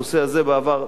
בנושא הזה בעבר,